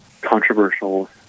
controversial